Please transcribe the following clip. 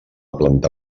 planta